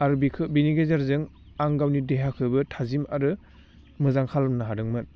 आरो बिखौ बिनि गेजेरजों आं गावनि देहाखौबो थाजिम आरो मोजां खालामनो हादोंमोन